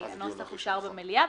הנוסח אושר במליאה,